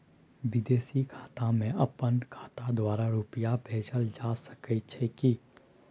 विदेशी खाता में अपन खाता द्वारा रुपिया भेजल जे सके छै की?